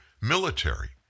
military